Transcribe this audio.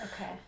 Okay